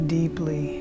deeply